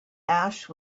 ash